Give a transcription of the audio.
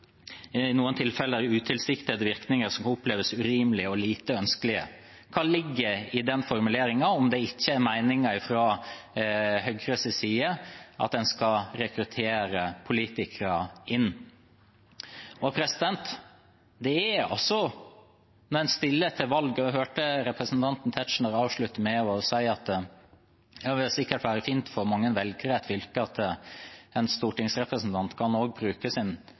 virkninger som kan oppleves urimelig og lite ønskelig»: Hva ligger i den formuleringen om det ikke er meningen fra Høyres side at en skal rekruttere politikere inn? Jeg hørte representanten Tetzschner avslutte med å si at det sikkert vil være fint for mange velgere i et fylke at en stortingsrepresentant også kan bruke sin